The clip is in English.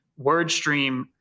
WordStream